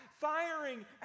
firing